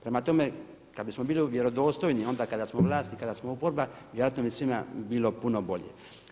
Prema tome, kada bismo bili vjerodostojni onda kada smo vlast i kada smo oporba vjerojatno bi svima bilo puno bolje.